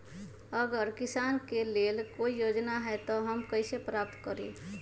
अगर किसान के लेल कोई योजना है त हम कईसे प्राप्त करी?